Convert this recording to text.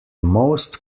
most